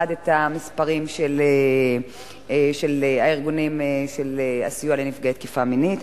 את המספרים של ארגוני הסיוע לתקיפה מינית.